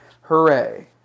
Hooray